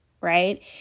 right